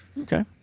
Okay